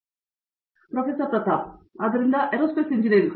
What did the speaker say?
ಪ್ರತಾಪ್ ಹರಿಡೋಸ್ ಆದ್ದರಿಂದ aerospace engineering